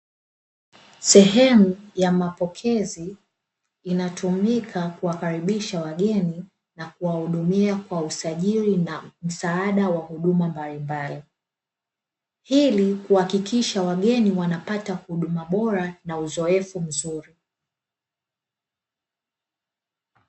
Sehemu ya mapokezi inatumika kuwakaribisha wageni, na kuwahudumia kwa usajili na msaada wa huduma mbalimbali. Hili huhakikisha wageni wanapata huduma bora na uzoefu mzuri.